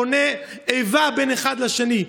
בונה איבה בין אחד לשני,